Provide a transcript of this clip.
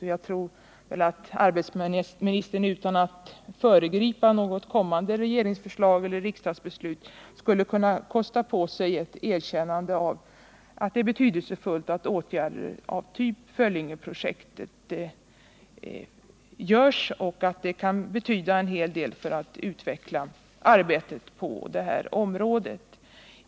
Jag Nr 44 tror att arbetsmarknadsministern utan att föregripa något kommande regeringsförslag eller riksdagsbeslut skulle kunna kosta på sig ett erkännande av att det är betydelsefullt att åtgärder av typ Föllingeprojektet vidtas och att de kan betyda en hel del för att utveckla arbetet på det här området.